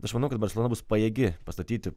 bet manau kad barselona bus pajėgi pastatyti